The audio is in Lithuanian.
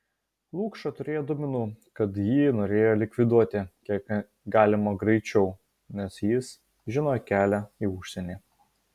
lukša turėjo duomenų kad jį norėjo likviduoti kiek galima greičiau nes jis žinojo kelią į užsienį